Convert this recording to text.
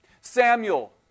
Samuel